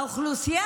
האוכלוסייה